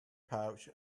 pouch